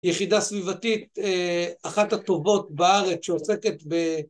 יחידה סביבתית, אחת הטובות בארץ שעוסקת ב...